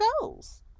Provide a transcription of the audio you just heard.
goals